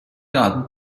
garden